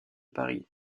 paris